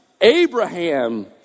Abraham